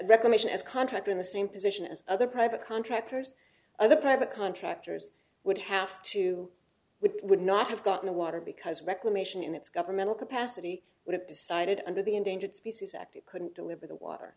recommends as contractor in the same position as other private contractors other private contractors would have to we would not have got in the water because reclamation in its governmental capacity would have decided under the endangered species act it couldn't deliver the water